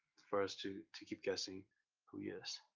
for us to to keep guessing who he is.